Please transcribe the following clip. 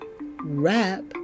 wrap